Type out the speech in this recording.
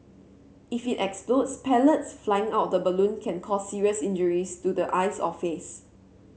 if it explodes pellets flying out of the balloon can cause serious injuries to the eyes or face